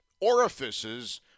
orifices